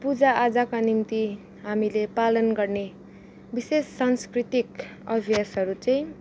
पुजा आजाका निम्ति हामीले पालन गर्ने विशेष सांस्कृतिक अभ्यासहरू चाहिँ